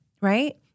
right